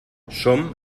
som